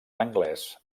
anglès